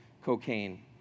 cocaine